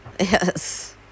Yes